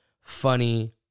funny